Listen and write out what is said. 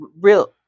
real